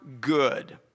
Good